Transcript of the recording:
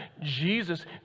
Jesus